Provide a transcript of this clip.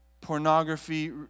pornography